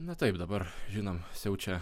na taip dabar žinom siaučia